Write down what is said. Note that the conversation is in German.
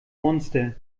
monster